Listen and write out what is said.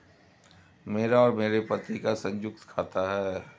मेरा और मेरे पति का संयुक्त खाता है